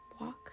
walk